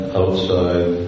outside